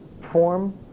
form